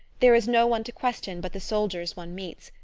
there is no one to question but the soldiers one meets,